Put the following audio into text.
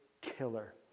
killer